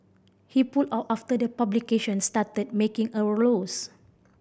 he pulled out after the publication started making a loss